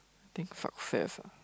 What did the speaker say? think success ah